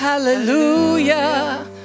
Hallelujah